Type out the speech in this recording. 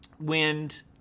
wind